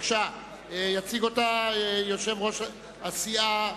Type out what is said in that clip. יציג אותה יושב-ראש התנועה,